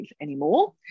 anymore